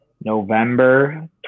november